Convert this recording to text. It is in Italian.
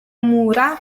mura